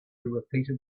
repeated